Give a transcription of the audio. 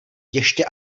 ještě